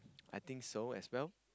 I think so as well